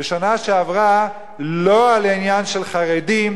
בשנה שעברה לא על העניין של חרדים,